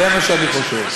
זה מה שאני חושב.